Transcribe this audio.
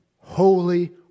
holy